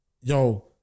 yo